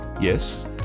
yes